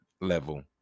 level